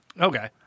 okay